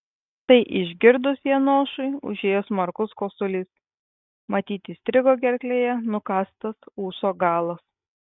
tai išgirdus janošui užėjo smarkus kosulys matyt įstrigo gerklėje nukąstas ūso galas